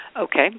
Okay